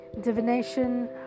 Divination